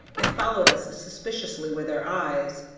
and followed us suspiciously with their eyes.